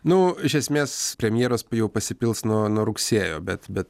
nu iš esmės premjeros jau pasipils nuo nuo rugsėjo bet bet